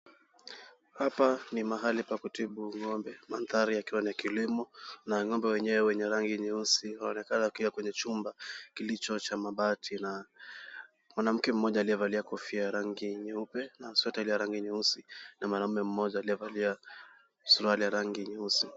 Hapa ni mahali pa kutibu ng'ombe mandhari yakiwa ni ya kilimo, na ng'ombe wenyewe wenye rangi nyeusi, wanaonekana wakiwa kwenye chumba kilicho cha mabati na mwanamke mmoja aliyevalia kofia, ya rangi nyeupe na sweta iliyo ya rangi nyeusi na mwanaume mmoja aliyevalia suruali ya rangi nyeusi.